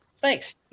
Thanks